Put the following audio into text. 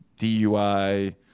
DUI